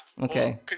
Okay